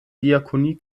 diakonie